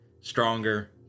stronger